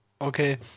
Okay